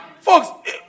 Folks